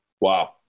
wow